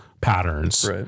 patterns